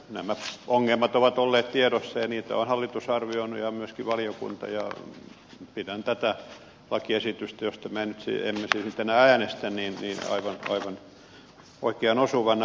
nämä ongelmat ovat olleet tiedossa ja niitä on hallitus arvioinut myöskin valiokunta ja pidän tätä lakiesitystä josta me emme siis nyt enää äänestä aivan oikeaan osuvana